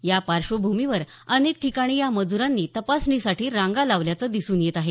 या पार्श्वभूमीवर अनेक ठिकाणी या मजुरांनी तपासणीसाठी रांगा लावल्याचं दिसून येत आहे